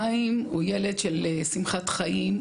חיים הוא ילד של שמחת חיים,